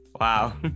Wow